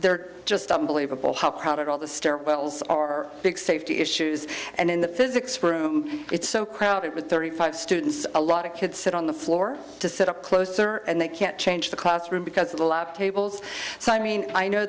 they're just unbelievable how crowded all the stairwells are big safety issues and in the physics room it's so crowded with thirty five students a lot of kids sit on the floor to sit up closer and they can't change the classroom because a lot of tables so i mean i know